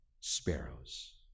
sparrows